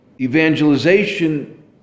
evangelization